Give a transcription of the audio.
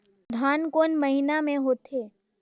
धान कोन महीना मे होथे?